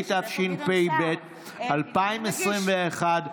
התשפ"ב 2021,